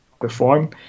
perform